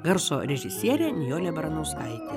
garso režisierė nijolė baranauskaitė